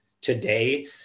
today